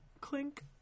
clink